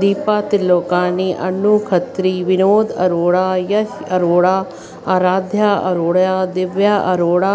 Deepa Trilokani Annu Khatri Vinod Arora Yash Arora Aaradhya Arora Divya Arora